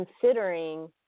considering